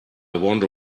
wonder